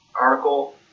article